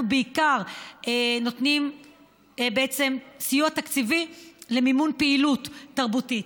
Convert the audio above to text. אנחנו בעיקר נותנים סיוע תקציבי למימון פעילות תרבותית.